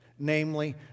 namely